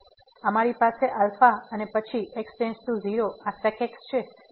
તેથી અમારી પાસે α અને પછી x → 0 આ sec x જે 1 છે